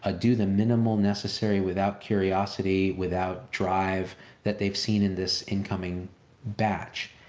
ah do the minimal necessary without curiosity, without drive that they've seen in this incoming batch.